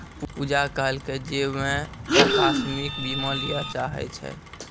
पूजा कहलकै जे वैं अकास्मिक बीमा लिये चाहै छै